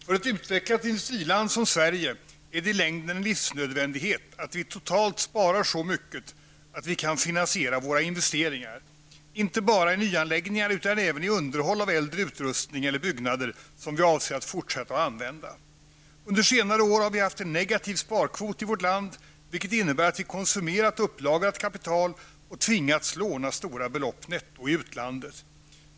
Herr talman! För ett utvecklat industriland som Sverige är det i längden en livsnödvändighet att vi totalt sparar så mycket att vi kan finansiera våra investeringar inte bara i nyanläggningar utan även i underhåll av äldre utrustning eller byggnader som vi avser att fortsätta att använda. Under senare år har vi haft en negativ sparkvot i vårt land, vilket innebär att vi konsumerat upplagrat kapital och tvingats låna stora belopp netto i utlandet.